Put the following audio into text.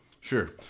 Sure